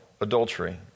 adultery